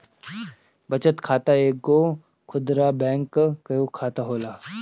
बचत खाता एगो खुदरा बैंक कअ खाता होला